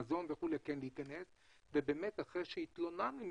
מזון וכולי כן להיכנס ובאמת אחרי שהתלוננו,